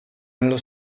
nello